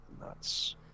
nuts